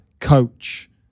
coach